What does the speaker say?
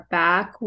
back